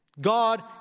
God